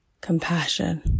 compassion